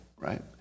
right